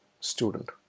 student